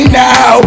now